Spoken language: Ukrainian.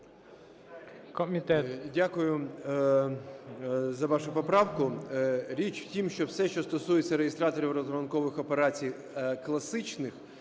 Дякую за вашу поправку. Річ в тім, що все, що стосується реєстраторів розрахункових операцій класичних,